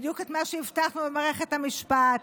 בדיוק את מה שהבטחנו במערכת המשפט,